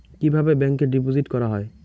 কিভাবে ব্যাংকে ডিপোজিট করা হয়?